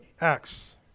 Acts